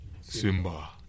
Simba